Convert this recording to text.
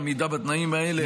אי-עמידה בתנאים האלה,